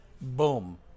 Boom